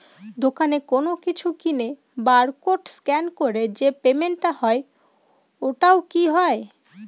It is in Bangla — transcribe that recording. দোকানে কোনো কিছু কিনে বার কোড স্ক্যান করে যে পেমেন্ট টা হয় ওইটাও কি হয়?